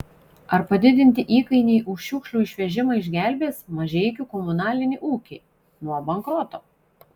ar padidinti įkainiai už šiukšlių išvežimą išgelbės mažeikių komunalinį ūkį nuo bankroto